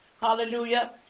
Hallelujah